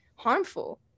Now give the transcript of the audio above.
harmful